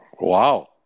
Wow